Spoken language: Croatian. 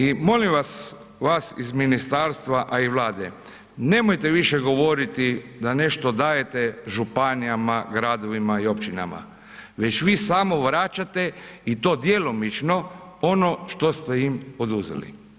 I molim vas, vas iz ministarstva, a i Vlade, nemojte više govoriti da nešto dajete županijama, gradovima i općinama, već vi samo vraćate i to djelomično ono što ste im oduzeli.